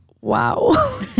wow